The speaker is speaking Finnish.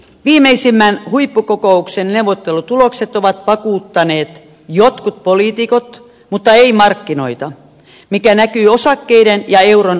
viimeisimmän huippukokouksen neuvottelutulokset ovat vakuuttaneet jotkut poliitikot mutta eivät markkinoita mikä näkyy osakkeiden ja euron arvon laskuna